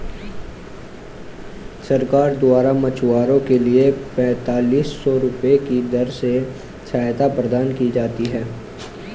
सरकार द्वारा मछुआरों के लिए पेंतालिस सौ रुपये की दर से सहायता प्रदान की जाती है